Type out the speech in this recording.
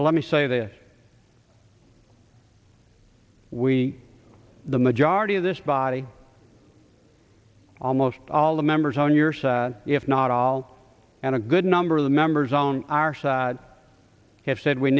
to let me say the we the majority of this body almost all the members on your side if not all and a good number of the members on our side have said we